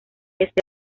este